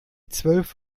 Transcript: zwölf